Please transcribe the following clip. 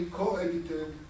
co-edited